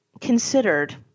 considered